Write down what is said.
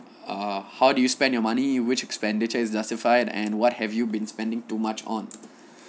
uh how do you spend your money which expenditure is justified and what have you been spending too much on